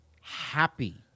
happy